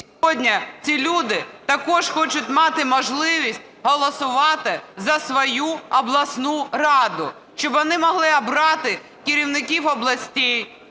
сьогодні ці люди також хочуть мати можливість голосувати за свою обласну раду, щоб вони могли обрати керівників областей,